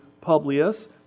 Publius